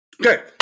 Okay